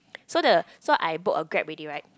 so the so I book a Grab already right